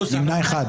הצבעה לא אושרו.